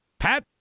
Pat